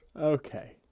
Okay